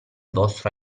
vostro